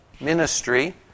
ministry